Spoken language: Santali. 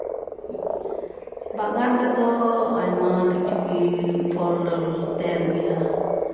ᱵᱟᱜᱟᱱ ᱨᱮᱫᱚ ᱟᱭᱢᱟ ᱠᱤᱪᱷᱩ ᱜᱮ ᱯᱷᱚᱞ ᱰᱚᱞ ᱛᱟᱦᱮᱱ ᱜᱮᱭᱟ